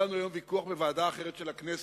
היה לנו היום ויכוח בוועדה אחרת של הכנסת,